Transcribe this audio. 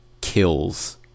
Kills